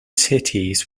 cities